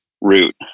route